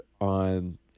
on